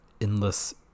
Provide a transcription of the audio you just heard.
endless